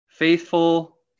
Faithful